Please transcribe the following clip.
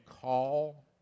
call